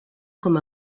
com